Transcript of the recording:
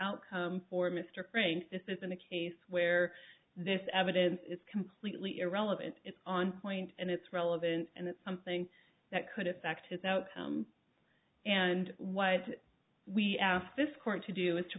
outcome for mr frank this isn't a case where this evidence is completely irrelevant it's on point and it's relevant and it's something that could affect his out and what we ask this court to do is to